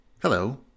Hello